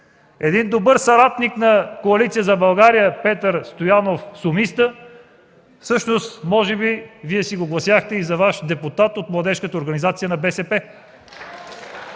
е добър съратник на Коалиция за България – Петър Стоянов-Сумиста. Всъщност може би Вие си го гласяхте и за Ваш депутат – от Младежката организация на БСП!